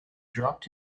dropped